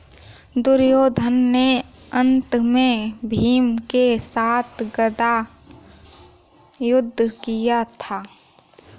दुर्योधन ने अन्त में भीम के साथ गदा युद्ध किया था